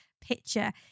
picture